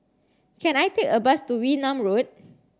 can I take a bus to Wee Nam Road